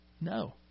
no